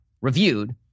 reviewed